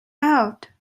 out